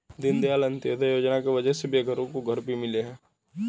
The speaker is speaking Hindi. दीनदयाल अंत्योदय योजना की वजह से बेघरों को घर भी मिले हैं